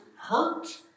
hurt